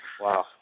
Wow